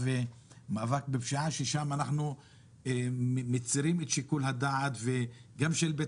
ומאבק בפשיעה ששם אנחנו מצרים את שיקול הדעת גם של בית